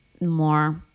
more